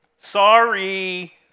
sorry